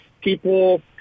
people